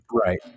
Right